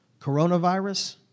Coronavirus